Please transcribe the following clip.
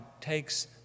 takes